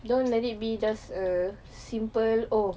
don't let it be just a simple oh